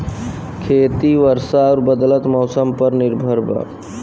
खेती वर्षा और बदलत मौसम पर निर्भर बा